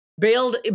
bailed